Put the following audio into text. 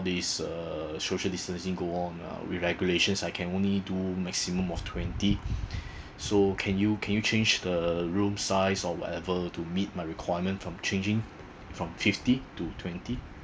this uh social distancing go on uh with regulations I can only do maximum of twenty so can you can you change the room size or whatever to meet my requirements from changing from fifty to twenty